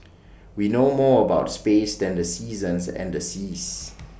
we know more about space than the seasons and the seas